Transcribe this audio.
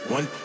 One